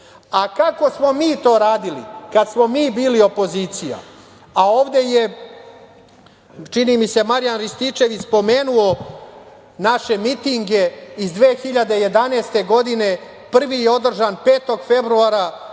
njih. Kako smo mi to radili kad smo mi bili opozicija? Ovde je, čini mi se Marijan Rističević spomenuo naše mitinge iz 2011. godine, prvi je održan 5. februara,